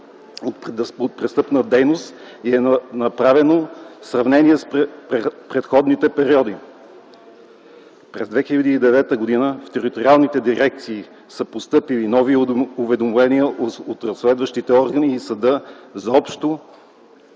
от престъпна дейност и е направено сравнение с предходните периоди. През 2009 г. в териториалните дирекции са постъпили нови уведомления от разследващи органи и съда за общо